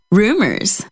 rumors